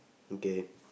okay